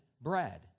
bread